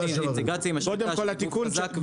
אינטגרציה עם השליטה של גוף חזק ומשמעותי,